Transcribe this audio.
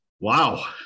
Wow